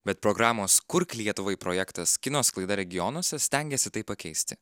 bet programos kurk lietuvai projektas kino sklaida regionuose stengiasi tai pakeisti